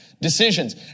Decisions